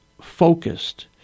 focused